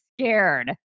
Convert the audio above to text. scared